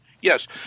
Yes